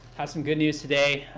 have some good news today,